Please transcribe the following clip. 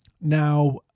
Now